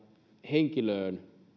henkilöön